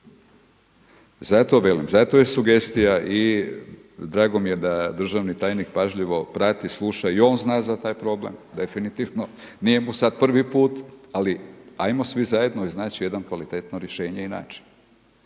Zato velim, zato je sugestija i drago mi je da državni tajnik pažljivo prati, sluša i on zna za taj problem definitivno, nije mu sada prvi put, ali ajmo svi zajedno iznać jedno kvalitetno rješenje i način.